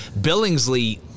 Billingsley